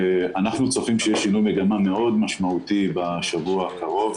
אנחנו צופים שיהיה שינוי מגמה מאוד משמעותי בשבוע הקרוב,